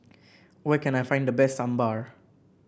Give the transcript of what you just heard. where can I find the best Sambar